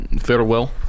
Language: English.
Farewell